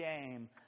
game